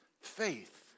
faith